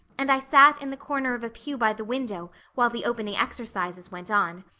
and i sat in the corner of a pew by the window while the opening exercises went on.